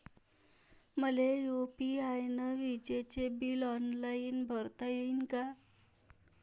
मले यू.पी.आय न विजेचे बिल ऑनलाईन भरता येईन का?